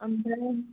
ओमफ्राय